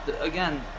again